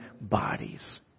bodies